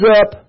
up